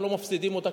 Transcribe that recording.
הם לא מפסידים אותה,